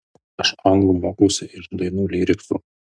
aš anglų mokausi iš dainų lyriksų